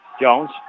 Jones